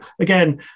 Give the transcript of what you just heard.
again